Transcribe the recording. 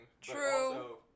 True